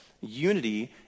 unity